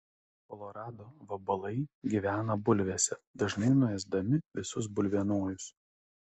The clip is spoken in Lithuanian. kolorado vabalai gyvena bulvėse dažnai nuėsdami visus bulvienojus